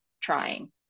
trying